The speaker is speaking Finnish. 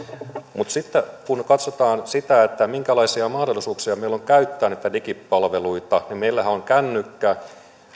mutta sitten kun katsotaan sitä minkälaisia mahdollisuuksia meillä on käyttää näitä digipalveluita niin meillähän on kännykkä